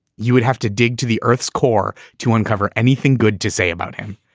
you would have to dig to the earth's core to uncover anything good to say about him.